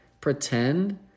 pretend